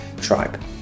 tribe